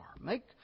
Make